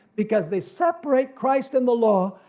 because they separate christ and the law,